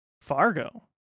Fargo